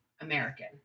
American